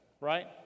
right